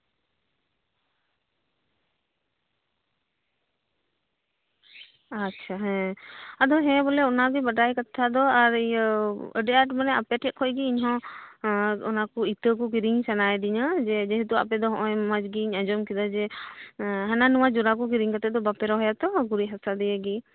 ᱟᱪᱪᱷᱟ ᱦᱮᱸ ᱟᱫᱚ ᱦᱮᱸ ᱵᱚᱞᱮ ᱚᱱᱟ ᱜᱮ ᱵᱟᱰᱟᱭ ᱠᱟᱛᱷᱟ ᱫᱚ ᱟᱨ ᱤᱭᱟᱹ ᱟᱹᱰᱤ ᱟᱸᱴ ᱵᱚᱞᱮ ᱟᱯᱮ ᱴᱷᱮᱡ ᱠᱷᱚᱱ ᱜᱮ ᱤᱧ ᱦᱚᱸ ᱚᱱᱟ ᱠᱚ ᱤᱛᱟᱹ ᱠᱚ ᱠᱤᱨᱤᱧ ᱥᱟᱱᱟᱭᱤᱫᱤᱧᱟ ᱡᱮ ᱡᱮᱦᱮᱛᱩ ᱟᱯᱮ ᱫᱚ ᱢᱚᱸᱡ ᱜᱤᱧ ᱟᱸᱡᱚᱢ ᱠᱮᱫᱟ ᱡᱮ ᱦᱟᱱᱟ ᱱᱟᱣᱟ ᱡᱚᱨᱟ ᱠᱚ ᱠᱤᱨᱤᱧ ᱠᱟᱛᱮ ᱫᱚ ᱵᱟᱯᱮ ᱨᱚᱦᱚᱭᱟᱛᱚ ᱜᱩᱨᱤᱡ ᱦᱟᱥᱟ ᱜᱮ